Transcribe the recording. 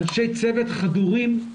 אנשי צוות חדורים.